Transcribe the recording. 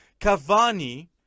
Cavani